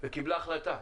וקיבלה החלטה.